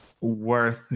worth